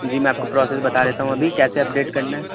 جی میں آپ کو پروسیس بتا دیتا ہوں ابھی کیسے اپ ڈیٹ کرنا ہے